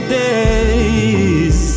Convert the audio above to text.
days